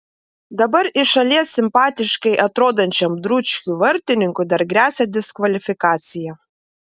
dabar iš šalies simpatiškai atrodančiam dručkiui vartininkui dar gresia diskvalifikacija